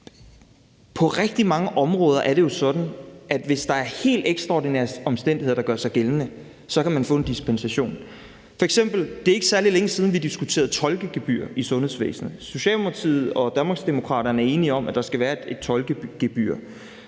på rigtig mange områder er det jo sådan, at hvis der er helt ekstraordinære omstændigheder, der gør sig gældende, så kan man få en dispensation. Det er ikke særlig længe siden, vi diskuterede tolkegebyrer i sundhedsvæsenet. Socialdemokratiet og Danmarksdemokraterne er enige om, at der skal være et tolkegebyr